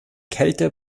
kälte